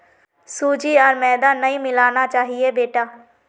सूजी आर मैदा नई मिलाना चाहिए बेटा